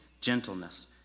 gentleness